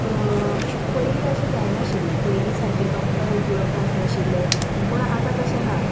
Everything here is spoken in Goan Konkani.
पयलीं अशें जायनाशिल्लें पयलीं सारकें डॉक्टर उपलब्ध आसनाशिल्ले पूण आतां तशें ना